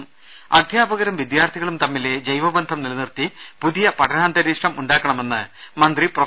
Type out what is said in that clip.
രുമ അധ്യാപകരും വിദ്യാർഥികളും തമ്മിലെ ജൈവബന്ധം നിലനിർത്തി പുതിയ പഠനാന്തരീക്ഷം ഉണ്ടാക്കണമെന്ന് മന്ത്രി പ്രൊഫ